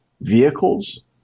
vehicles